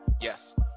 Yes